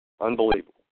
Unbelievable